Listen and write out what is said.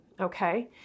okay